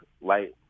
light